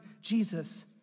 Jesus